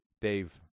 Dave